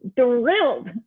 thrilled